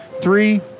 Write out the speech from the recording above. three